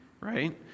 right